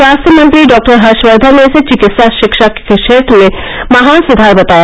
स्वास्थ्य मंत्री डॉक्टर हर्षवर्धन ने इसे चिकित्सा शिक्षा को क्षेत्र में महान सुधार बताया